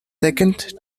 second